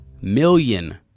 million